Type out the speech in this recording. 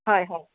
হয় হয়